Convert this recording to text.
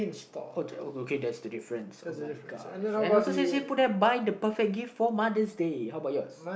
oh okay that's the difference oh my gosh and alo says here buy the perfect gift for Mother's Day how about yours